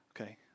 Okay